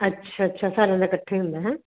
ਅੱਛਾ ਅੱਛਾ ਸਾਰਿਆਂ ਦਾ ਇਕੱਠੇ ਹੁੰਦਾ ਹੈ